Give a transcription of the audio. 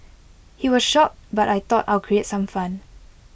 he was shocked but I thought I'd create some fun